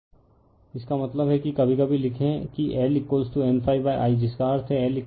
refer slide time 3449 इसका मतलब है कि कभी कभी लिखें कि LN∅ i जिसका अर्थ है LiN